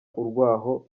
urwaho